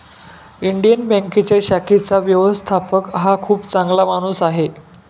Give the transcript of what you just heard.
Indian बँकेच्या शाखेचा व्यवस्थापक हा खूप चांगला माणूस आहे